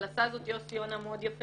אבל עשה זאת יוסי יונה יפה מאוד,